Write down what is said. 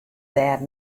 dêr